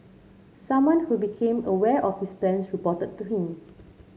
someone who became aware of his plans reported to him